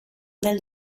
del